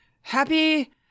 Happy